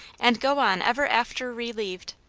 and go on ever after re lieved.